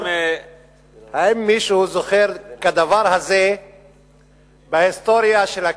האם מישהו זוכר כדבר הזה בהיסטוריה של הכנסת?